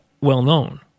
well-known